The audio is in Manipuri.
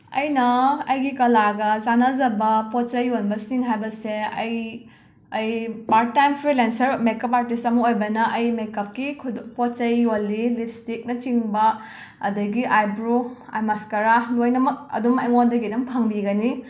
ꯑꯩꯅ ꯑꯩꯒꯤ ꯀꯂꯥꯒ ꯆꯥꯟꯅꯖꯕ ꯄꯣꯠ ꯆꯩ ꯑꯣꯏꯕꯁꯤꯡ ꯍꯥꯏꯕꯁꯦ ꯑꯩ ꯑꯩ part time freelancer make up artist ꯑꯃ ꯑꯣꯏꯕꯅ ꯑꯩ ꯃꯦꯛ ꯑꯞꯀꯤ ꯄꯣꯠ ꯆꯩ ꯌꯣꯜꯂꯤ ꯂꯤꯞꯏꯁꯇꯤꯛꯅꯆꯤꯡꯕ ꯑꯗꯒꯤ ꯑꯥꯏꯕ꯭ꯔꯣ ꯃꯁꯀꯥꯔꯥ ꯂꯣꯏꯅꯝꯛ ꯑꯗꯨꯝ ꯑꯩꯉꯣꯟꯗꯒꯤ ꯑꯗꯨꯝ ꯐꯪꯕꯤꯒꯅꯤ